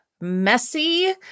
messy